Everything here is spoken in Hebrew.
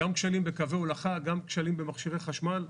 גם כשלים בקווי הולכה, גם כשלים במכשירי חשמל,